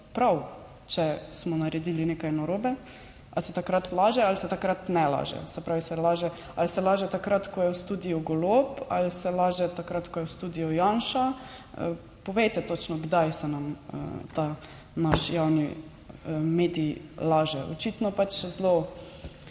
prav, če smo naredili nekaj narobe, ali se takrat laže ali se takrat ne laže? Se pravi, se laže, ali se laže takrat, ko je v studiu Golob ali se laže takrat, ko je v studiu Janša, povejte točno, kdaj se nam ta naš javni medij laže. Očitno pač zelo